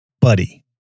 buddy